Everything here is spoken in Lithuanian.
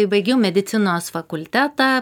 baigiau medicinos fakultetą